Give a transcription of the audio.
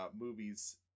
movies